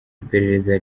iperereza